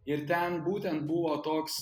ir ten būtent buvo toks